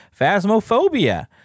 Phasmophobia